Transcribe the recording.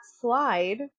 slide